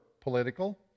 political